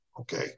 Okay